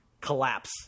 collapse